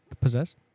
Possess